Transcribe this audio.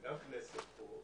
גם כנסת פה,